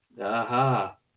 Aha